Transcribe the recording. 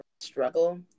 struggle